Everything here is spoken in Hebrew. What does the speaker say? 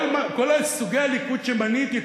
כל סוגי הליכוד שמניתי,